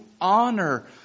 honor